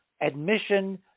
admission